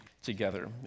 together